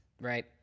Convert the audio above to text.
Right